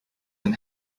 and